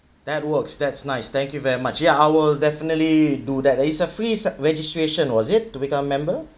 that works that's nice thank you very much ya I will definitely do that uh it's a free registration was it to become member